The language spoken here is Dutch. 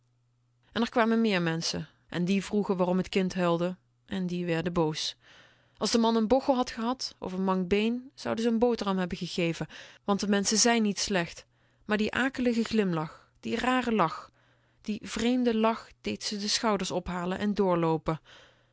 en r kwamen meer menschen en die vroegen waarom t kind huilde en die werden boos als de man n bochel had gehad of n mank been zonen ze n boterham hebben gegeven want de menschen zijn niet slecht maar die akelige glimlach die rare lach die vreemde lach deed ze de schouders ophalen en doorloopen